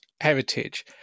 heritage